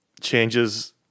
changes